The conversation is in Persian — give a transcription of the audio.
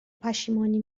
پشیمانی